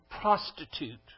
prostitute